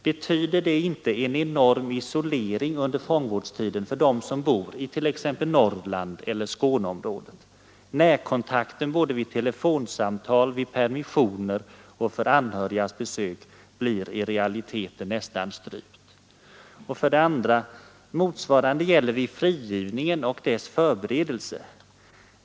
Betyder det inte en enorm isolering under fångvårdstiden för dem som bor t.ex. i Norrland eller i Skåneområdet? Närkontakten vid både telefonsamtal och permissioner och i fråga om anhörigas besök blir i realiteten nästan strypt. 2. Motsvarande gäller vid frigivningen och dess förberedelse.